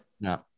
no